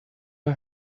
her